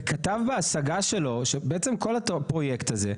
וכתב בהשגה שלו שבעצם כל הפרויקט הזה,